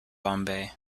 bombay